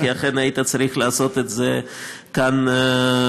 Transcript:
כי אכן היית צריך לעשות את זה כאן במקומי.